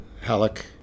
Halleck